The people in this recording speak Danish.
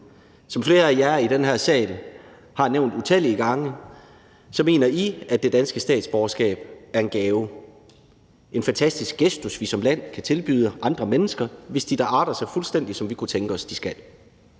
Som flere af jer i den her sal har nævnt utallige gange, mener I, at det danske statsborgerskab er en gave – en fantastisk gestus – vi som land kan tilbyde andre mennesker, hvis de da arter sig fuldstændig, som vi kunne tænke os at de skal.